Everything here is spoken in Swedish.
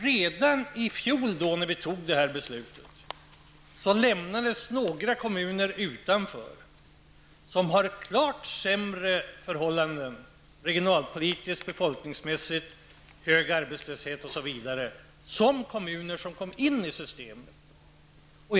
Redan i fjol när vi fattade detta beslut lämnades några kommuner utanför vilka har klart sämre förhållanden, regionalpolitiskt och befolkningsmässigt, med hög arbetslöshet osv., än de kommuner som kom in i systemet.